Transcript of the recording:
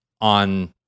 on